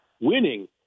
winning